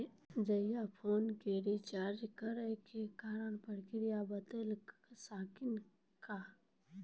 Jio phone के recharge करे के का प्रक्रिया बता साकिनी का?